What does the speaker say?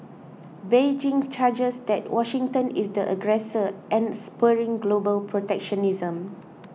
Beijing charges that Washington is the aggressor and spurring global protectionism